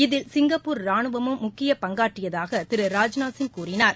இதில் சிங்கப்பூர் ரானுவமும் முக்கிய பங்காற்றியதாக திரு ராஜ்நாத் சிங் கூறினார்